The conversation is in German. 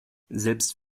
selbst